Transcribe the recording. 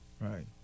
Right